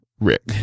Rick